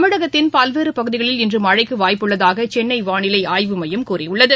தமிழகத்தின் பல்வேறு பகுதிகளில் இன்று மழைக்கு வாய்ப்பு உள்ளதாக வாளிலை ஆய்வு மையம் கூறியுள்ளது